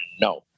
No